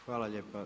Hvala lijepo.